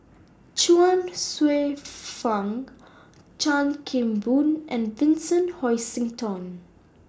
Chuang Hsueh Fang Chan Kim Boon and Vincent Hoisington